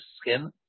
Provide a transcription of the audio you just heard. skin